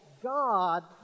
God